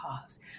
cause